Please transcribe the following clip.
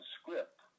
script